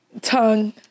Tongue